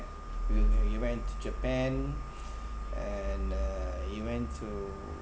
you you went to japan and uh you went to